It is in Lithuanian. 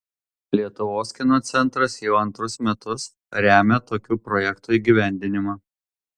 lietuvos kino centras jau antrus metus remia tokių projektų įgyvendinimą